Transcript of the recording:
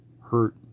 hurt